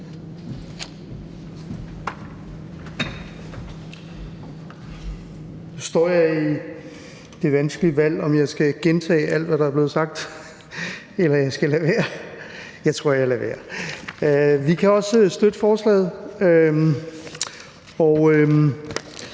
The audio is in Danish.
Nu står jeg med det vanskelige valg, om jeg skal gentage alt, hvad der er blevet sagt, eller om jeg skal lade være – jeg tror, jeg lader være. Vi kan også støtte forslaget. Og